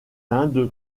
indes